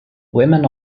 women